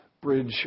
Bridge